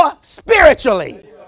spiritually